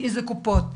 באילו קופות.